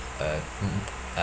a mm uh